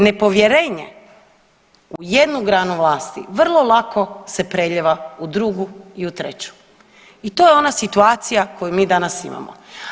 Nepovjerenje u jednu granu vlasti vrlo lako se prelijeva u drugu i u treću i to je ona situacija koju mi danas imamo.